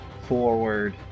forward